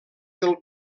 del